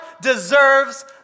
deserves